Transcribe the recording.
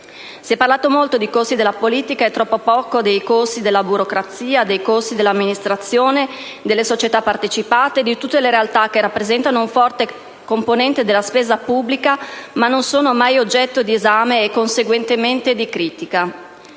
Si è parlato molto di costi della politica e troppo poco dei costi della burocrazia, dei costi dell'amministrazione, delle società partecipate e di tutte le realtà che rappresentano una forte componente della spesa pubblica, ma non sono mai oggetto di esame e, conseguentemente, di critica.